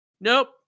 nope